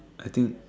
I think